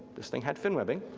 this thing had fin webbing,